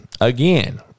Again